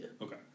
Okay